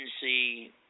see